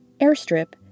airstrip